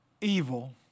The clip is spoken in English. evil